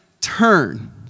turn